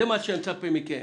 זה מה שאני מצפה מכם.